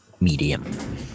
medium